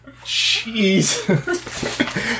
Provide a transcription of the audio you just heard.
Jeez